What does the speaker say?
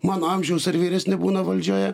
mano amžiaus ar vyresni būna valdžioje